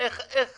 איך